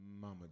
mama